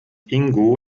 ingo